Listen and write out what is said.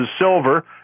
silver